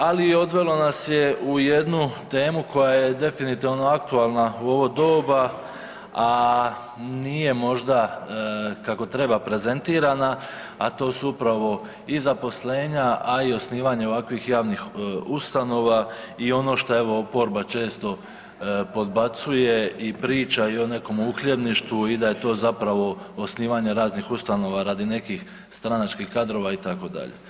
Ali odvelo nas je u jednu temu koja je definitivno aktualna u ovo doba, a nije možda kako treba prezentirana a to su upravo i zaposlenja a i osnivanje ovakvih javnih ustanova i ono što oporba često podbacuje i priča i o nekom uhljebništvu i da je to zapravo osnivanje raznih ustanova radi nekih stranačkih kadrova itd.